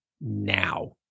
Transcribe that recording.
now